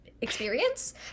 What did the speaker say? experience